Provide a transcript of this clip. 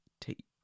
take